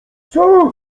coo